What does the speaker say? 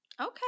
Okay